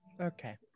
Okay